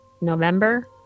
November